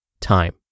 time